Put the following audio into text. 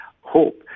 hope